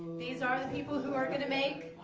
these are the people who are going to make,